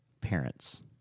parents